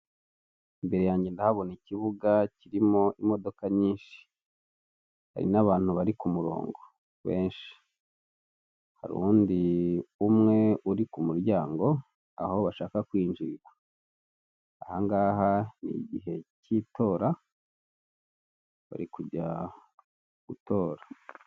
Imbere yanjye ndahabona ikibuga kirimo imodoka nyinshi, hari n’abantu bari ku murongo benshi, hari undi umwe uri ku muryango aho bashaka kwinjira ahangaha n’igihe cy'itora bari kujya gutora.